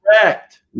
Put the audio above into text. Correct